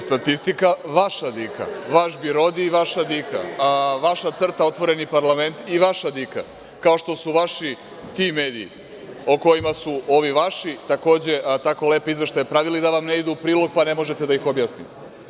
Statistika, vaša dika, vaš BIRODI i vaša dika, vaša CRTA, Otvoreni parlament i vaša dika, kao što su vaši ti mediji o kojima su ovi vaši, takođe, tako lepe izveštaje pravili da vam ne idu u prilog, pa ne možete da ih objasnite.